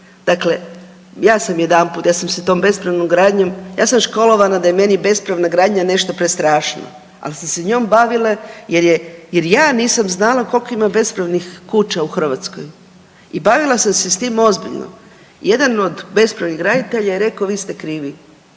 Dakle, ja sam jedanput ja sam se tom bespravnom gradnjom, ja sam školovana da je meni bespravna gradnja nešto prestrašno, al sam se njom bavila jer ja nisam znala koliko ima bespravnih kuća u Hrvatskoj i bavila sam se s tim ozbiljno. Jedan od bespravnih graditelja je rekao vi ste krivi,